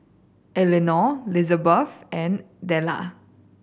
Elenor Lizbeth and Della